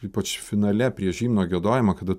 ypač finale prieš himno giedojimą kada